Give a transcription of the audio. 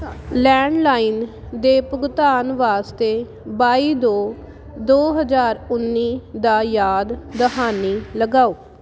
landline ਦੇ ਭੁਗਤਾਨ ਵਾਸਤੇ ਬਾਈ ਦੋ ਦੋ ਹਜ਼ਾਰ ਉੱਨੀ ਦਾ ਯਾਦ ਦਹਾਨੀ ਲਗਾਓ